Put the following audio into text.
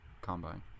combine